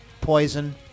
Poison